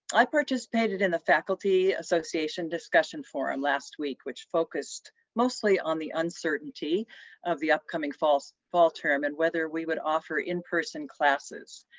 i participated in the faculty association discussion forum last week which focused mostly on the uncertainty of the upcoming fall fall term and whether we would offer in-person classes.